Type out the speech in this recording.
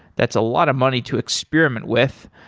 that's a lot of money to experiment with.